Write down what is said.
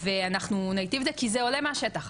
ואנחנו נטייב את זה, כי זה עולה מהשטח.